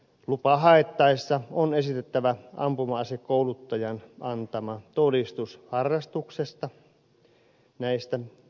lupaa haettaessa on esitettävä ampuma asekouluttajan antama todistus harrastuksesta